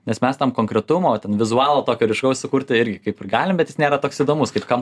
nes mes tam konkretumo ten vizualo tokio ryškaus sukurti irgi kaip galim bet jis nėra toks įdomus kaip kam